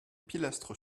pilastres